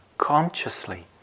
Consciously